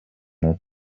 more